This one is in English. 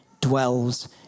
dwells